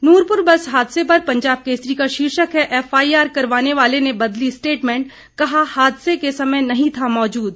Nurpur bus हादसे पर पंजाब केसरी का शीर्षक है एफआईआर करवाने वाले ने बदली स्टेटमेंट कहा हादसे के समय नहीं था मौजूद